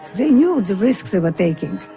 they knew the risks but they